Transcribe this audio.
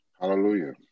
Hallelujah